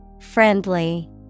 Friendly